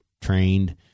trained